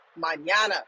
mañana